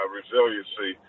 resiliency